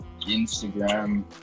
Instagram